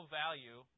value